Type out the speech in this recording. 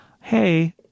hey